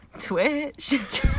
Twitch